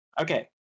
Okay